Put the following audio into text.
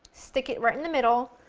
stick it right in the middle,